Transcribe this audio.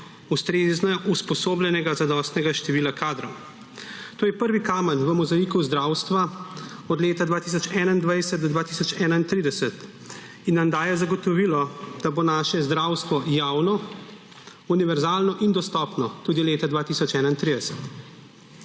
ustrezno usposobljenega zadostnega števila kadrov. To je prvi kamen v mozaiku zdravstva od leta 2021 do 2031 in nam daje zagotovilo, da bo naše zdravstvo javno, univerzalno in dostopno tudi leta 2031.